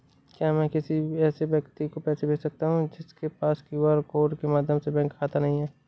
क्या मैं किसी ऐसे व्यक्ति को पैसे भेज सकता हूँ जिसके पास क्यू.आर कोड के माध्यम से बैंक खाता नहीं है?